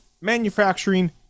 manufacturing